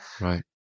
Right